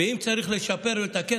ואם צריך לשפר ולתקן,